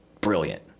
brilliant